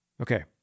Okay